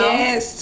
Yes